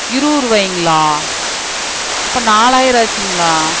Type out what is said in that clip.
இருபதுருவாய்ங்களா அப்போ நாலாயிரம் ஆச்சுங்களா